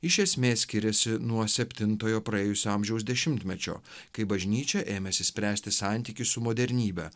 iš esmės skiriasi nuo septintojo praėjusio amžiaus dešimtmečio kai bažnyčia ėmėsi spręsti santykius su modernybe